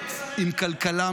תפסיק עם זה,